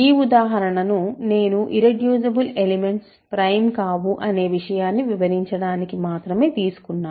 ఈ ఉదాహరణను నేను ఇర్రెడ్యూసిబుల్ ఎలిమెంట్స్ ప్రైమ్ కావు అనే విషయాన్ని వివరించడానికి మాత్రమే తీసుకున్నాను